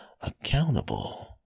accountable